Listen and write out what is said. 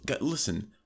listen